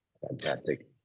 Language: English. Fantastic